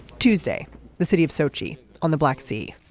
tuesday the city of sochi on the black sea.